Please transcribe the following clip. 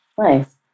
Nice